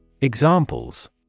Examples